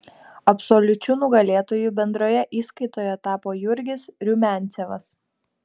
absoliučiu nugalėtoju bendroje įskaitoje tapo jurgis rumiancevas